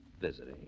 visiting